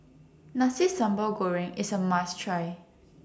Nasi Sambal Goreng IS A must Try